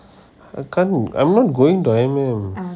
I can't I'm not going to I M M